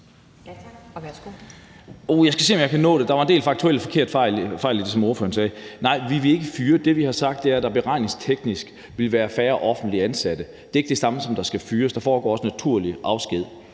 Jeg skal se, om jeg kan nå det, for der var en del faktuelle fejl i det, som ordføreren sagde. Nej, vi vil ikke fyre nogen. Det, vi har sagt, er, at det er beregnet, at der teknisk set vil være færre offentligt ansatte, og det er ikke det samme, som at der skal fyres, for det skal også foregå ved naturlig afsked.